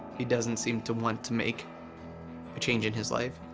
he doesn't seem to want to make ah change in his life,